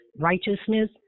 righteousness